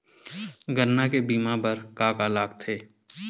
गन्ना के बीमा बर का का लगथे?